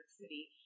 City